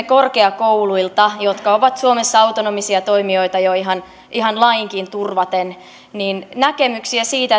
korkeakouluilta jotka ovat suomessa autonomisia toimijoita jo ihan ihan lainkin turvaten näkemyksiä siitä